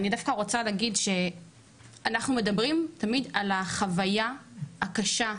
אני דווקא רוצה להגיד שאנחנו מדברים תמיד על החוויה הקשה ביום-יום,